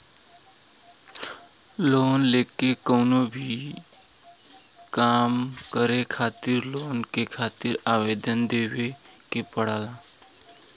loan लेके कउनो भी काम करे खातिर लोन के खातिर आवेदन देवे के पड़ला